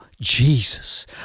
Jesus